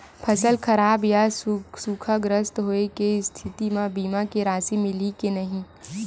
फसल खराब या सूखाग्रस्त होय के स्थिति म बीमा के राशि मिलही के नही?